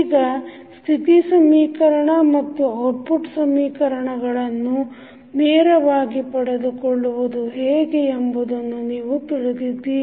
ಈಗ ಸ್ಥಿತಿ ಸಮೀಕರಣ ಮತ್ತು ಔಟ್ಪುಟ್ ಸಮೀಕರಣಗಳನ್ನು ನೇರವಾಗಿ ಪಡೆದುಕೊಳ್ಳುವುದು ಹೇಗೆ ಎಂಬುದನ್ನು ನೀವು ತಿಳಿದಿದ್ದೀರಿ